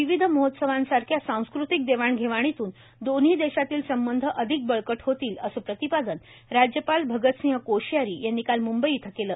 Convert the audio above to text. विविध महोत्सवांसारख्या सांस्कृतिक देवाण घेवाणीतून दोन्ही देशातील संबध अधिक बळकट होतील असे प्रतिपादन राज्यपाल भगत सिंह कोश्यारी यांनी काल मुंबई इथं केले